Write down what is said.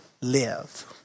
live